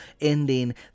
ending